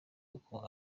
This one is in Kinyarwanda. ukunga